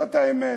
זאת האמת.